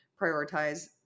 prioritize